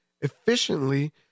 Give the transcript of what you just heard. efficiently